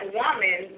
woman